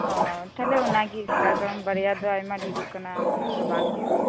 ᱚᱻ ᱛᱟᱞᱦᱮ ᱚᱱᱟᱜᱮ ᱛᱟᱨ ᱠᱟᱨᱚᱱ ᱵᱟᱨᱭᱟ ᱫᱚ ᱟᱭᱢᱟ ᱰᱷᱮᱨᱚᱜ ᱠᱟᱱᱟ ᱩᱱᱟᱹᱜ ᱫᱚ ᱵᱟᱝ ᱦᱩᱭᱩᱜᱼᱟ